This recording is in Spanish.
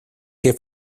que